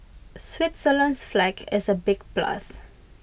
Switzerland's flag is A big plus